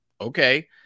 okay